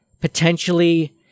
potentially